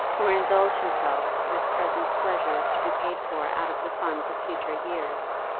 or indulge himself with present pleasures to be paid for out of the funds of future years.